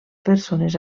persones